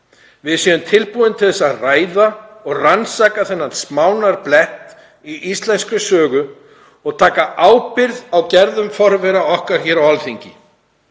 Við séum tilbúin til að ræða og rannsaka þennan smánarblett í íslenskri sögu og taka ábyrgð á gerðum forvera okkar hér á Alþingi.